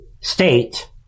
state